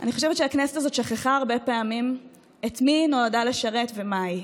אני חושבת שהכנסת הזאת שכחה הרבה פעמים את מי היא נועדה לשרת ומהי.